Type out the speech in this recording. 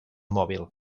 mòbil